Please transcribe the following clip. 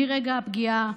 מרגע הפגיעה: